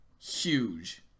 Huge